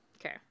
Okay